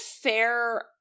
fair